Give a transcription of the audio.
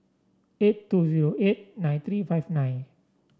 eight two zero eight nine three five nine